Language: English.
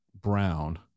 brown